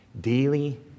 daily